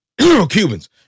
Cubans